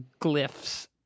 glyphs